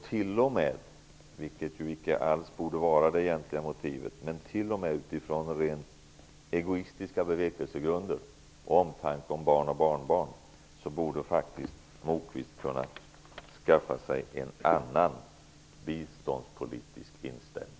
T.o.m. utifrån rent egoistiska bevekelsegrunder -- även om det egentligen inte borde vara motivet -- och omtanken om barn och barnbarn borde faktiskt Lars Moquist kunna skaffa sig en annan biståndspolitisk inställning.